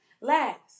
last